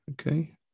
Okay